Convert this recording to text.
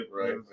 Right